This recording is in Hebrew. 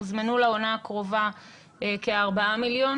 הוזמנו לעונה הקרובה כארבעה מיליון